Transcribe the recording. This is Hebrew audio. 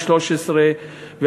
לצורך העניין תקציב לשנים 2013 ו-2014.